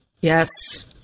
Yes